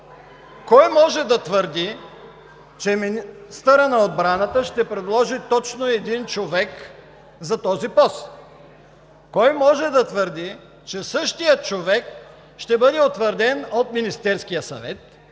Кой може да твърди, че министърът на отбраната ще предложи точно един човек за този пост? Кой може да твърди, че същият човек ще бъде утвърден от Министерския съвет?